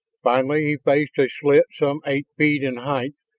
finally he faced a slit some eight feet in height,